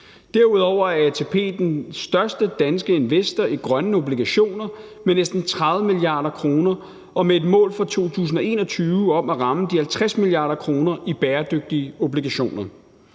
Derudover er ATP den største danske investor i grønne obligationer med næsten 30 mia. kr. og med et mål for 2021 om at ramme 50 mia. kr. i bæredygtige obligationer.